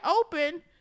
open